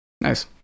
Nice